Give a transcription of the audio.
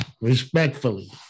respectfully